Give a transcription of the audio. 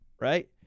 Right